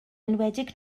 enwedig